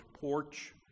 porch